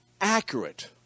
accurate